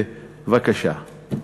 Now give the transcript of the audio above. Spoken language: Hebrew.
בבקשה.